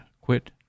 quit